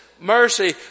mercy